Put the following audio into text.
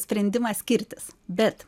sprendimą skirtis bet